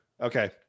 okay